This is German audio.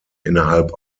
innerhalb